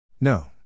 No